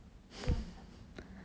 这个很惨